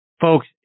Folks